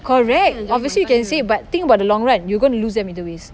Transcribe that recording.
correct obviously you can say but think about the long run you're going to lose them either ways